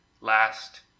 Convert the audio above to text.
last